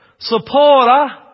Supporter